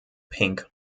pink